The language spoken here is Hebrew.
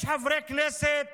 יש חברי כנסת